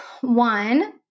one